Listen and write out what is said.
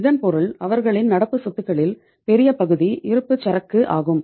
இதன் பொருள் அவர்களின் நடப்பு சொத்துக்களில் பெரிய பகுதி இருப்புச்சரக்கு ஆகும்